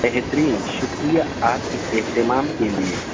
بہترین شکریہ آپ کے اہتمام کے لیے